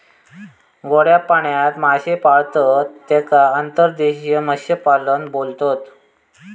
गोड्या पाण्यात मासे पाळतत तेका अंतर्देशीय मत्स्यपालन बोलतत